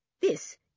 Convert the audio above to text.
This